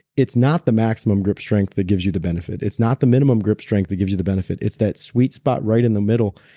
it's not the maximum grip strength that gives you the benefit. it's not the minimum grip strength that gives you the benefit, it's that sweet spot right in the middle.